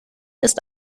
ist